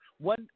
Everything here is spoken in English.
One